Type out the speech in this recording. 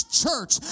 church